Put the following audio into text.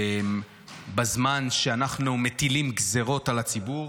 בזמן שאנחנו מטילים גזרות על הציבור.